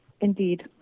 Indeed